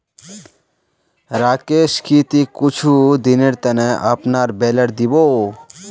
राकेश की ती कुछू दिनेर त न अपनार बेलर दी बो